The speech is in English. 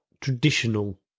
traditional